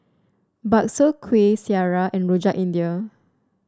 bakso Kuih Syara and Rojak India